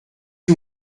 que